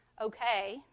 okay